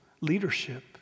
leadership